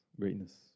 Greatness